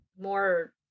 more